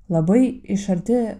labai iš arti